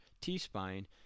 t-spine